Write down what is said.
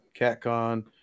CatCon